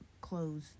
clothes